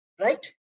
right